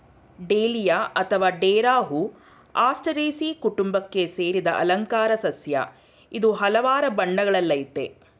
dahlia ಅತ್ವ ಡೇರಾ ಹೂ ಆಸ್ಟರೇಸೀ ಕುಟುಂಬಕ್ಕೆ ಸೇರಿದ ಅಲಂಕಾರ ಸಸ್ಯ ಇದು ಹಲ್ವಾರ್ ಬಣ್ಣಗಳಲ್ಲಯ್ತೆ